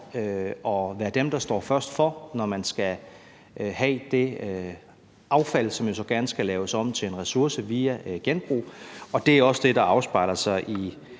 at være dem, der står først for, når man skal have det affald, som jo så gerne skal laves om til en ressource via genbrug. Det er også det, der afspejler sig i